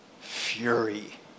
fury